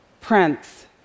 Prince